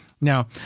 Now